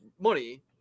money